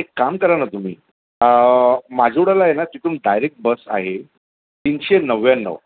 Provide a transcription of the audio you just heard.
एक काम करा ना तुम्ही माझिवड्याला आहे ना तिथून डायरेक बस आहे तीनशे नव्याण्णव